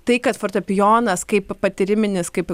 tai kad fortepijonas kaip patyriminis kaip